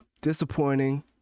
disappointing